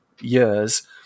years